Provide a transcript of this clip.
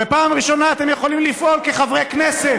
ופעם ראשונה אתם יכולים לפעול כחברי כנסת